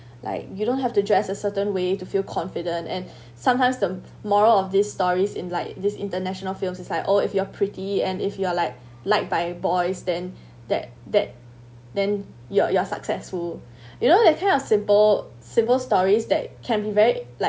like you don't have to dress a certain way to feel confident and sometimes the moral of this stories in like this international films is like oh if you are pretty and if you are like like by boys then that that then you're you're successful you know that kind of simple simple stories that can be very like